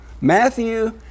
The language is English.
Matthew